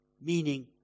meaning